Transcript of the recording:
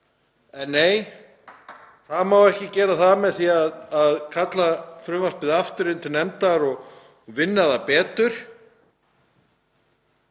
En, nei, það má ekki gera það með því að kalla frumvarpið aftur inn til nefndar og vinna það betur.